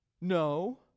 No